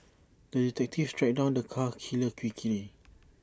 the detective tracked down the cat killer quickly